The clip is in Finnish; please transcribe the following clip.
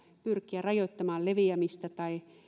pyrkiä rajoittamaan leviämistä tai